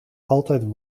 altijd